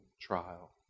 trial